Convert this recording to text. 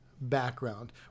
background